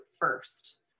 first